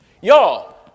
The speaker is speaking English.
y'all